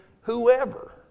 whoever